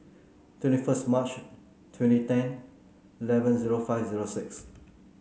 twenty first March twenty ten eleven zero five zero six